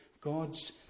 God's